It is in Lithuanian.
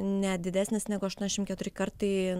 ne didesnės negu aštuoniasdešimt keturi kartai